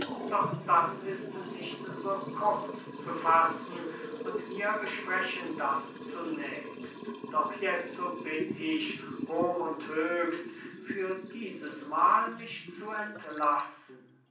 doch das ist nicht so kurz zu fassen und wir besprechen das zunächst doch jetzo bitt ich hoch und höchst für diesesmal mich zu entlassen